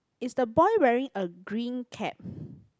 is the boy wearing a green cap